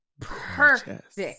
perfect